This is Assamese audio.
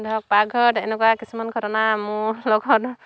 ধৰক পাকঘৰত এনেকুৱা কিছুমান ঘটনা মোৰ লগত